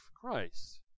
Christ